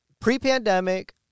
Pre-pandemic